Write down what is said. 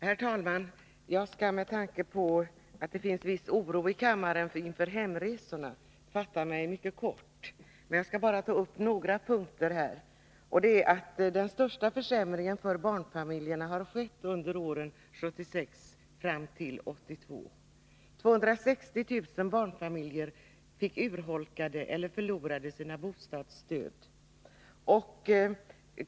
Herr talman! Med tanke på att det finns viss oro i kammaren inför hemresorna skall jag fatta mig mycket kort och bara ta upp några punkter. Den största försämringen för barnfamiljerna har skett under åren 1976-1982. Då fick 260 000 barnfamiljer sina bostadsstöd urholkade eller borttagna.